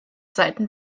seiten